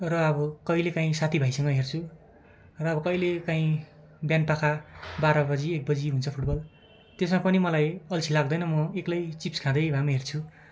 र अब कहिलेकाहीँ साथीभाइसँग हेर्छु र अब कहिलेकाहीँ बिहानपख बाह्र बजी एक बजी हुन्छ फुटबल त्यसमा पनि मलाई अल्छी लाग्दैन म एक्लै चिप्स खाँदै भए पनि हेर्छु